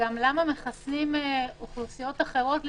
וגם למה מחסנים אוכלוסיות אחרות לפניהם?